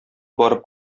барып